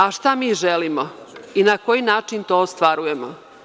A šta mi želimo i na koji način to ostvarujemo?